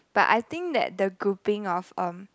but I think that the grouping of um